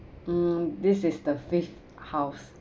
mm this is the fifth house